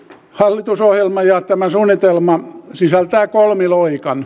hallitusohjelma ja tämä suunnitelma sisältävät kolmiloikan